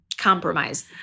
Compromise